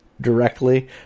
Directly